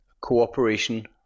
cooperation